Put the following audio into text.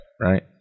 right